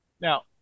Now